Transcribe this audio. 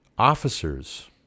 Officers